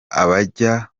abajya